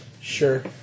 Sure